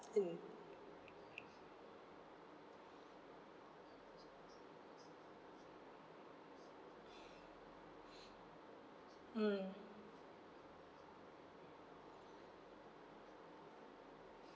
in mm